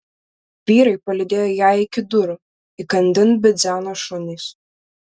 vyrai palydėjo ją iki durų įkandin bidzeno šunys